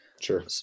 Sure